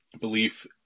belief